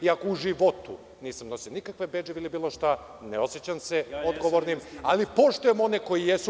Iako u životu nisam nosio nikakve bedževe ili bilo šta, ne osećam se odgovornim, ali poštujem one koji jesu.